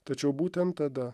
tačiau būtent tada